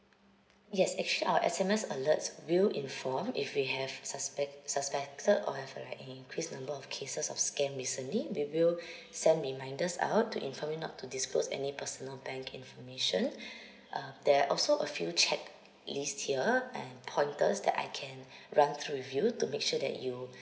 yes actually our S_M_S alerts will inform if we have suspect suspected or if like an increase of cases of scam recently we will send reminders out to inform you not to disclose any personal bank information uh there're also a few checklist here and pointers that I can run through with you to make sure that you